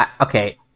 Okay